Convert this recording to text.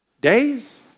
Days